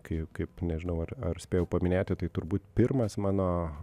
kai kaip nežinau ar ar spėjau paminėti tai turbūt pirmas mano